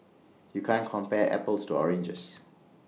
you can't compare apples to oranges